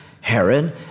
Herod